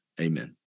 Amen